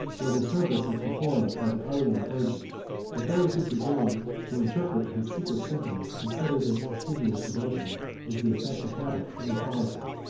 where the service is performed by the arian clergy but those who presume to interpret his secret sentiments, consider this assiduous devotion as the effect of habit and policy.